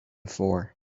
before